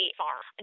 farm